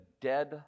dead